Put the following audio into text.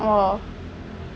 oh